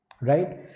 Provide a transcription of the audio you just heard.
right